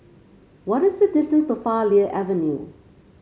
what is the distance to Farleigh Avenue